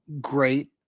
great